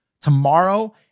tomorrow